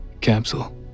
capsule